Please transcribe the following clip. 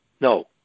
no